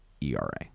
ERA